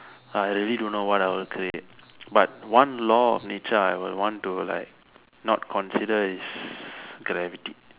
I really don't know what I will create but one law of nature I would want to like not consider is gravity